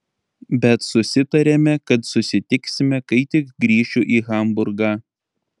bet susitarėme kad susitiksime kai tik grįšiu į hamburgą